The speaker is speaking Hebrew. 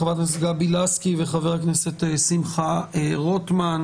חברת הכנסת גבי לסקי וחבר הכנסת שמחה רוטמן.